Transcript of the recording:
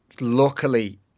luckily